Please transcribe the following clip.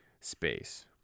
space